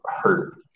hurt